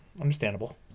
understandable